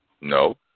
No